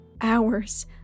hours